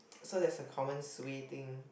so that's a common suay thing